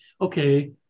okay